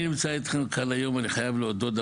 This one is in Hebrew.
אני נמצא איתכם כאן היום ואני חייב להודות,